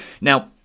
Now